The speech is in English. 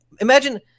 imagine